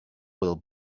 will